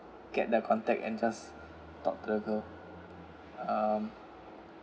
get their contact and just talk to the girl uh